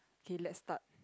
okay let's start